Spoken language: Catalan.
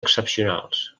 excepcionals